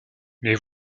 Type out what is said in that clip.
mais